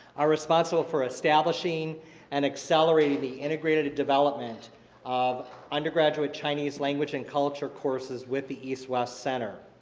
are responsible for establishing and accelerating the integrated development of undergraduate chinese language and culture courses with the east-west center.